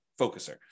focuser